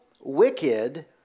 wicked